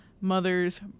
mother's